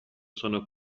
sono